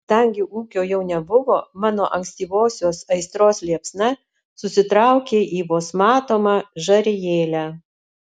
kadangi ūkio jau nebuvo mano ankstyvosios aistros liepsna susitraukė į vos matomą žarijėlę